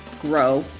grow